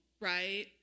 right